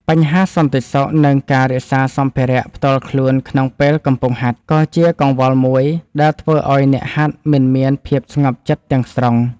បញ្ហាសន្តិសុខ និងការរក្សាសម្ភារៈផ្ទាល់ខ្លួនក្នុងពេលកំពុងហាត់ ក៏ជាកង្វល់មួយដែលធ្វើឱ្យអ្នកហាត់មិនមានភាពស្ងប់ចិត្តទាំងស្រុង។